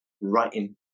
writing